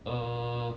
err